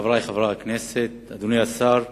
חברי חברי הכנסת, אדוני השר,